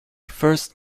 first